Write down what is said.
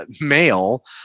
male